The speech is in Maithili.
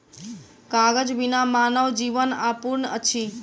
कागज बिना मानव जीवन अपूर्ण अछि